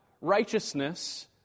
righteousness